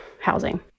housing